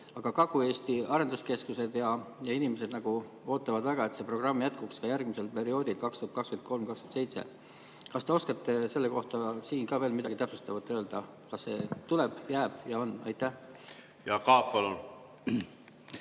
Aga Kagu-Eesti arenduskeskused ja inimesed ootavad väga, et see programm jätkuks ka järgmisel perioodil, 2023–2027. Kas te oskate selle kohta siin veel midagi täpsustavat öelda? Kas see tuleb, jääb ja on? Aitäh, lugupeetud